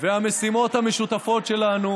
המשימות המשותפות שלנו